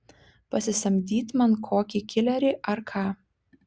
pasisamdyt man kokį kilerį ar ką